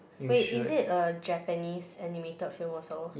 wait is it a Japanese animated film also